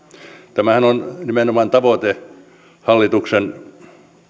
tämähän on nimenomaan tavoite hallituksen